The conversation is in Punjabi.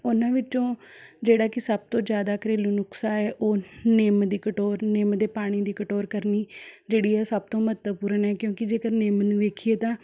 ਉਹਨਾਂ ਵਿੱਚੋਂ ਜਿਹੜਾ ਕਿ ਸਭ ਤੋਂ ਜ਼ਿਆਦਾ ਘਰੇਲੂ ਨੁਸਖੇ ਏ ਉਹ ਨਿੰਮ ਦੀ ਕਟੋਰ ਨਿੰਮ ਦੇ ਪਾਣੀ ਦੀ ਕਟੋਰ ਕਰਨੀ ਜਿਹੜੀ ਹੈ ਸਭ ਤੋਂ ਮਹੱਤਵਪੂਰਨ ਹੈ ਕਿਉਂਕਿ ਜੇਕਰ ਨਿੰਮ ਨੂੰ ਵੇਖੀਏ ਤਾਂ